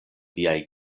viaj